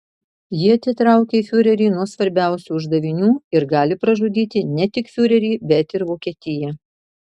ji atitraukė fiurerį nuo svarbiausių uždavinių ir gali pražudyti ne tik fiurerį bet ir vokietiją